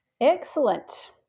Excellent